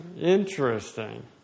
interesting